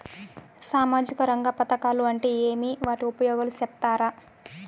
సామాజిక రంగ పథకాలు అంటే ఏమి? వాటి ఉపయోగాలు సెప్తారా?